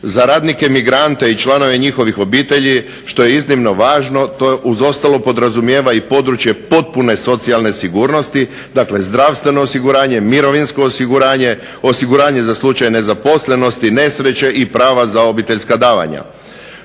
Za radnike emigrante i članove njihovih obitelji što je iznimno važno to uz ostalo podrazumijeva i područje potpune socijalne sigurnosti. Dakle, zdravstveno osiguranje, mirovinsko osiguranje, osiguranje za slučaj nezaposlenosti, nesreće i prava za obiteljska davanja.